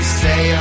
say